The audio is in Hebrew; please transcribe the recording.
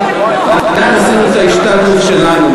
אנחנו עשינו את ההשתדלות שלנו,